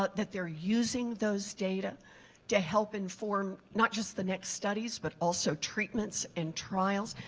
ah that they are using those data to help inform not just the next studies but also treatments and trials.